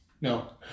No